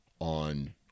on